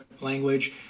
language